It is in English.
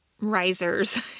risers